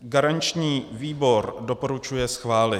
Garanční výbor doporučuje schválit.